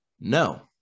No